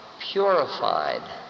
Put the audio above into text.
purified